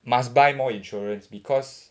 must buy more insurance because